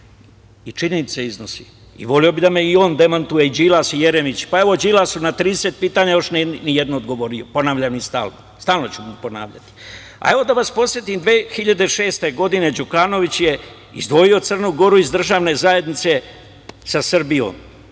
i činjenice iznosim i voleo bih i da me on demantuje i Đilas i Jeremić. Pa, evo Đilas na 30 pitanja još ni na jedno nije odgovorio, ponavljam i stalnu ću mu ponavljati. Evo, da vas podsetim 2006. godine Đukanović je izdvojio Crnu Goru iz državne zajednice sa Srbijom.